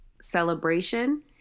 celebration